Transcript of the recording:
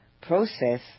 process